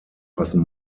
fassen